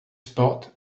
spot